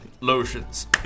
lotions